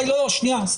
יש